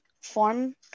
form